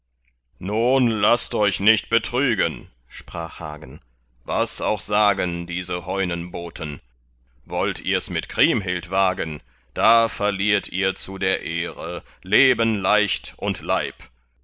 nun laßt euch nicht betrügen sprach hagen was auch sagen diese heunenboten wollt ihrs mit kriemhild wagen da verliert ihr zu der ehre leben leicht und leib